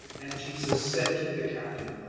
and jesus said to the captain,